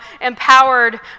empowered